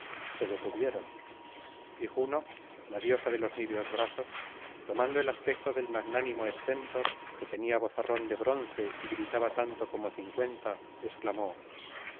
se detuvieron y juno la diosa de los niveos brazos tomando el aspecto del magnánimo esténtor que tenía vozarrón de bronce y gritaba tanto como cincuenta exclamó